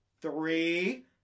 Three